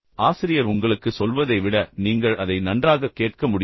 எனவே ஆசிரியர் உங்களுக்குச் சொல்வதை விட நீங்கள் அதை நன்றாகக் கேட்க முடியும்